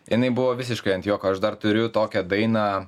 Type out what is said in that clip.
jinai buvo visiškai ant juoko aš dar turiu tokią dainą